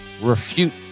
refute